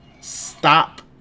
stop